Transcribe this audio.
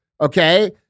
Okay